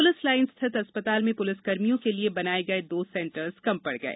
police line स्थित अस्पताल में पुलिस कर्मियों के लिए बनाए गए दो सेंटर्स कम पड़ गए